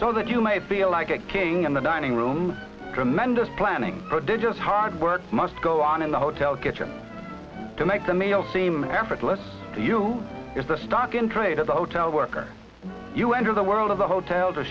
so that you may feel like a king in the dining room tremendous planning prodigious hard work must go on in the hotel kitchen to make the meal seem effortless to you is the stock in trade of the hotel worker you enter the world of the hotel to